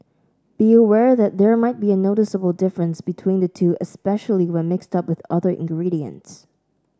be aware that there might be a noticeable difference between the two especially when mixed up with other ingredients